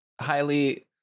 Highly